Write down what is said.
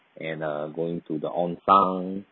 and uh going to the onsen